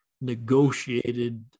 negotiated